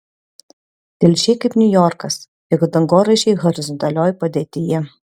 telšiai kaip niujorkas tik dangoraižiai horizontalioj padėtyje